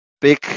big